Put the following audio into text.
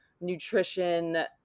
nutrition